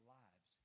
lives